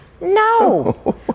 No